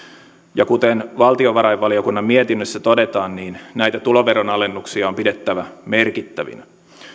kevenee ensi vuonna kuten valtiovarainvaliokunnan mietinnössä todetaan näitä tuloveron alennuksia on pidettävä merkittävinä